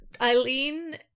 eileen